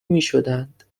میشدند